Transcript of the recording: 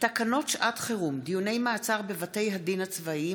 תקנות שעת חירום (דיוני מעצר בבתי הדין הצבאיים),